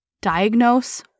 diagnose